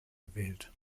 gewählt